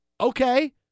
Okay